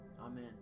Amen